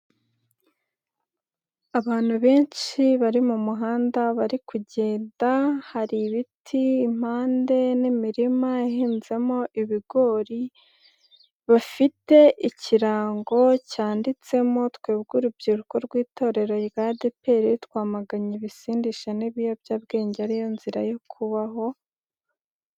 Abantu benshi bari mu muhanda bari kugenda, hari ibiti impande n'imirima ihinzemo ibigori, bafite ikirango cyanditsemo ''twebwe urubyiruko rw'itorero rya adepr, twamaganye ibisindisha n'ibiyobyabwenge ari yo nzira yo kubaha Imana''.